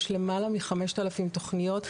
יש למעלה מ-5,000 תוכניות.